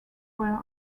were